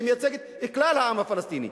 שמייצגת את כלל העם הפלסטיני.